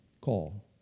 call